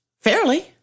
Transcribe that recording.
Fairly